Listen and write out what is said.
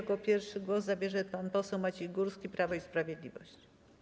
Jako pierwszy głos zabierze pan poseł Maciej Górski, Prawo i Sprawiedliwość.